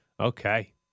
Okay